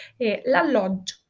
l'alloggio